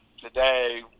today